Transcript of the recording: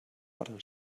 adern